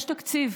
יש תקציב.